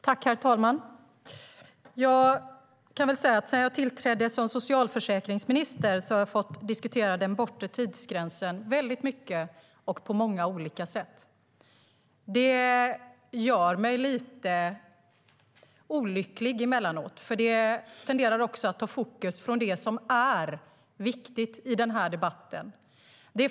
Herr talman! Sedan jag tillträdde som socialförsäkringsminister har jag fått diskutera den bortre tidsgränsen väldigt mycket och på många olika sätt. Det gör mig emellanåt lite olycklig eftersom det tenderar att ta fokus från det som är viktigt i debatten.